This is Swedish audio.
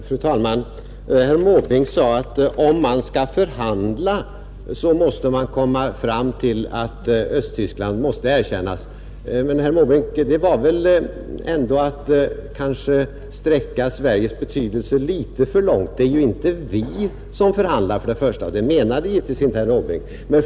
Fru talman! Herr Måbrink sade, att om man skall förhandla måste man komma fram till ett erkännande av Östtyskland. Men, herr Måbrink, det var väl ändå att sträcka Sveriges betydelse litet för långt. För det första är det inte vi som förhandlar — och det menade givetvis inte herr Måbrink.